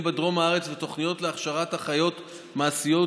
בדרום הארץ ותוכנית להכשרת אחיות מעשיות.